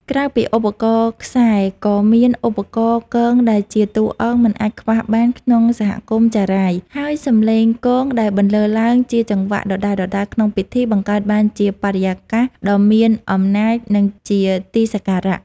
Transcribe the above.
ក្រៅពីឧបករណ៍ខ្សែ ក៏មានឧបករណ៍គងដែលជាតួអង្គមិនអាចខ្វះបានក្នុងសហគមន៍ចារាយ ហើយសម្លេងគងដែលបន្លឺឡើងជាចង្វាក់ដដែលៗក្នុងពិធី បង្កើតបានជាបរិយាកាសដ៏មានអំណាច និងជាទីសក្ការៈ។